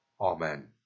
Amen